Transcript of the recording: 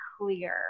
clear